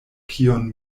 kiun